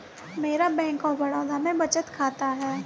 मेरा Bank of Baroda में बचत खाता है